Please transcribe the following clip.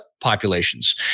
populations